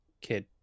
kid